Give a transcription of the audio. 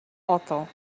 author